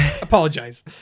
Apologize